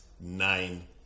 nine